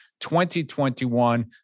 2021